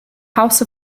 house